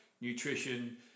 nutrition